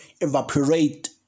evaporate